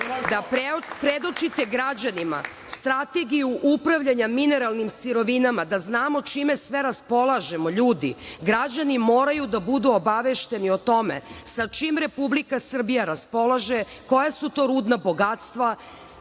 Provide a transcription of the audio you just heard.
da predočite građanima Strategiju upravljanja mineralnim sirovinama, da znamo čime sve raspolažemo, ljudi. Građani moraju da budu obavešteni o tome sa čim Republika Srbija raspolaže, koja su to rudna bogatstva,